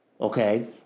Okay